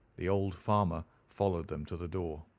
the old farmer followed them to the door.